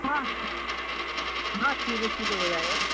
हाँ हाँ C B C तो हो जाएगा